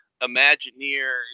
imagineers